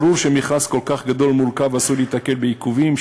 ברור שמכרז כל כך גדול ומורכב עשוי להיתקל בעיכובים,